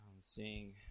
seeing